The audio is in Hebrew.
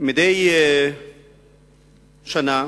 מדי שנה